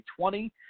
2020